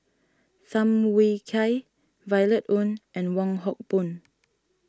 Tham Yui Kai Violet Oon and Wong Hock Boon